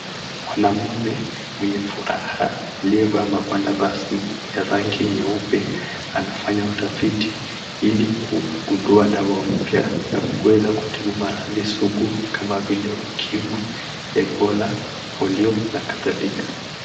Mwanaume mwenye furaha aliyevaa magwanda rasmi ya rangi nyeupe, anafanya utafiti ili kugundua dawa mya ya kuweza kutibu maradhi sugu kama vile, ukimwi, ebola, polio na kadhalika.